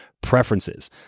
preferences